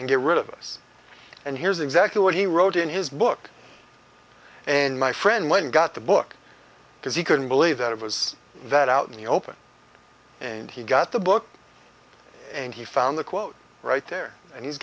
and get rid of us and here's exactly what he wrote in his book and my friend went got the book because he couldn't believe that it was that out in the open and he got the book and he found the quote right there and he's